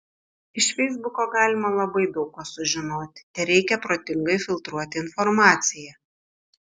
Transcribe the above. iš feisbuko galima labai daug ko sužinoti tereikia protingai filtruoti informaciją